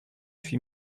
huit